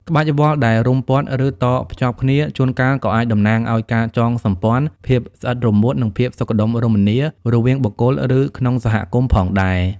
ក្បាច់វល្លិ៍ដែលរុំព័ទ្ធ ឬតភ្ជាប់គ្នា ជួនកាលក៏អាចតំណាងឱ្យ ការចងសម្ព័ន្ធ ភាពស្អិតរមួត និងភាពសុខដុមរមនា រវាងបុគ្គល ឬក្នុងសហគមន៍ផងដែរ។